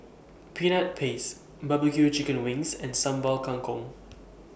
Peanut Paste Barbecue Chicken Wings and Sambal Kangkong